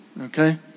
okay